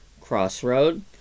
crossroad